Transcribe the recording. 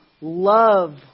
love